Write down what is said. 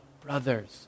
brothers